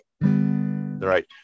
right